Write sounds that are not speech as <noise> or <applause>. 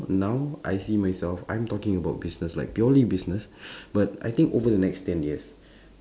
now I see myself I'm talking about business like purely business <breath> but I think over the next ten years